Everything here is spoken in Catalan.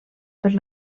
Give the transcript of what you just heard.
per